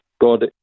God